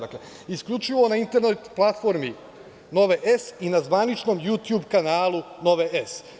Dakle, isključivo na internet platformi „Nove S“ i na zvaničnom jutjub kanalu „Nove S“